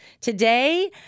Today